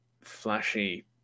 flashy